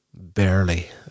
barely